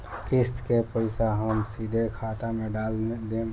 किस्त के पईसा हम सीधे खाता में डाल देम?